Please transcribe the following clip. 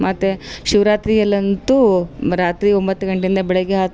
ಮತ್ತು ಶಿವ್ರಾತ್ರಿಯಲ್ಲಂತೂ ರಾತ್ರಿ ಒಂಬತ್ತು ಗಂಟೆಯಿಂದ ಬೆಳಗ್ಗೆ ಹತ್ತು